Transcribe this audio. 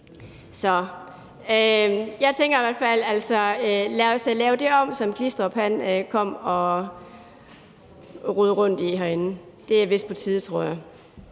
Så jeg tænker i hvert fald: Lad os lave det om, som Mogens Glistrup kom og rodede rundt i herinde. Det er vist på tide, tror jeg.